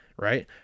Right